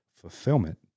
fulfillment